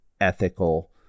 ethical